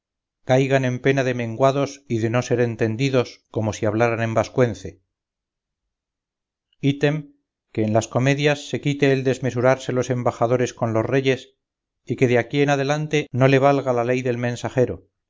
caigan en pena de menguados y de no ser entendidos como si hablaran en vascuence item que en las comedias se quite el desmesurarse los embajadores con los reyes y que de aquí en adelante no le valga la ley del mensajero